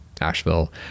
Asheville